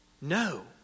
No